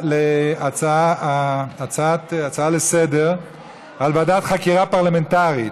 להצעה לסדר-היום על ועדת חקירה פרלמנטרית,